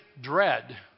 dread